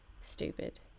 Stupid